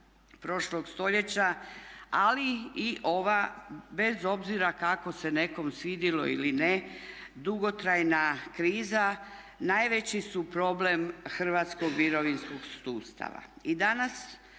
prošlog stoljeća, ali i ova bez obzira kako se nekom svidilo ili ne dugotrajna kriza najveći su problem hrvatskog mirovinskog sustava. I danas